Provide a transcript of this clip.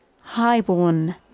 Highborn